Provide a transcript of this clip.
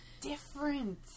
different